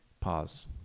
Pause